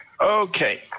Okay